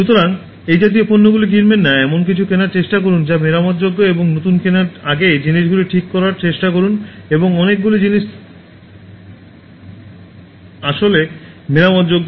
সুতরাং এই জাতীয় পণ্যগুলি কিনবেন না এমন কিছু কেনার চেষ্টা করুন যা মেরামতযোগ্য এবং নতুন কেনার আগে জিনিসগুলি ঠিক করার চেষ্টা করুন এবং অনেকগুলি জিনিস আসলে মেরামতযোগ্য